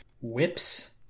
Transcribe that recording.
Whips